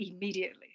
immediately